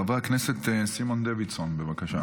חבר הכנסת סימון דוידסון, בבקשה.